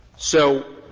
so